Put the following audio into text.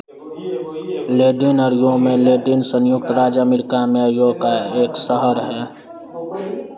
लेडीनरियो में लेडीन संयुक्त राज्य अमेरिका में आयोक का एक शहर है